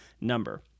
number